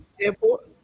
Airport